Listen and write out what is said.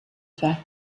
fact